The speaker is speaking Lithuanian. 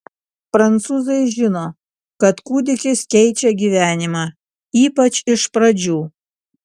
prancūzai žino kad kūdikis keičia gyvenimą ypač iš pradžių